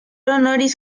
honoris